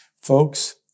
Folks